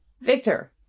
victor